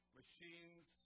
machines